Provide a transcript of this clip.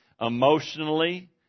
emotionally